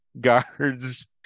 guards